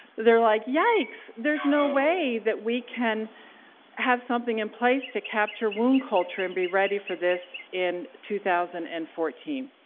they're like yikes, there's no way that we can have something in place to capture wound culture and be ready for this in two thousand and fourteen.